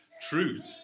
Truth